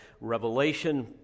Revelation